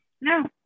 No